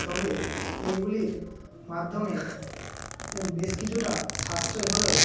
তবে এইগুলির মাধ্যমে বেশ কিছুটা সাশ্রয় হলেও